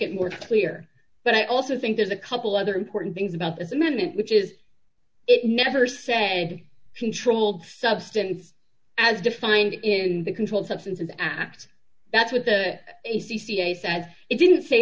it more clear but i also think there's a couple other important things about this amendment which is it never say controlled substance as defined in the controlled substances act that's what the a c c a sad it didn't say